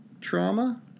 trauma